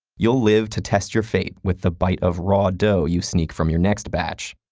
you'll live to test your fate with a bite of raw dough you sneak from your next batch.